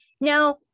Now